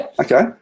Okay